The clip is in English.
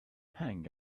hang